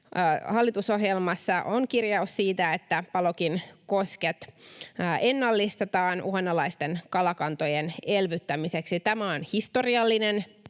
Hallitusohjelmassa on kirjaus siitä, että Palokin kosket ennallistetaan uhanalaisten kalakantojen elvyttämiseksi. Tämä on historiallinen,